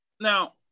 now